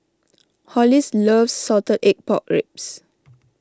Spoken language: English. Hollis loves Salted Egg Pork Ribs